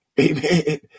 Amen